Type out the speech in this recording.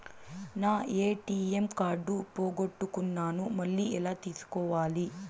నా ATM card పోగొట్టుకున్నాను, మళ్ళీ ఎలా తీసుకోవాలి?